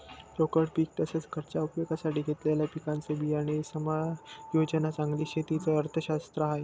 रोकड पीक तसेच, घरच्या उपयोगासाठी घेतलेल्या पिकांचे बियाणे समायोजन चांगली शेती च अर्थशास्त्र आहे